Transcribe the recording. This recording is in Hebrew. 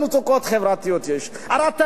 הרי אני לא מעלה על דעתי,